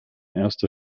erster